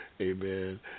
amen